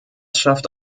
schafft